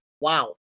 wow